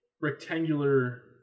rectangular